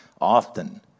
Often